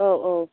औ औ